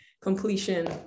completion